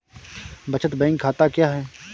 बचत बैंक खाता क्या है?